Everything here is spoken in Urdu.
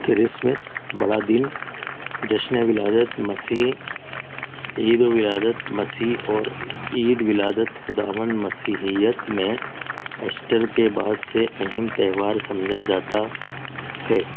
کرسمس بڑا دن جشن ولادت مسیح عید ولادت مسیح اور عید ولادت خداوند مسیحیت میں اسٹر کے بعد سے اہم تہوار سمجھا جاتا ہے